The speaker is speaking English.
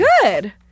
Good